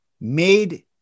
made